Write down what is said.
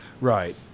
right